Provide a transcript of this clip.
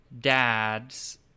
dad's